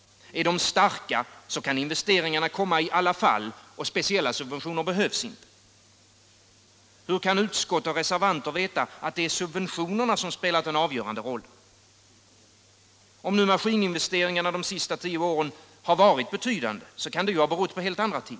Är de starka, kan investeringarna komma i alla fall och speciella subventioner behövs inte. Hur kan utskott och reservanter veta att det är subventionerna som spelat den avgörande rollen? Om nu maskininvesteringarna de senaste tio åren har varit betydande, kan det ha berott på helt andra ting.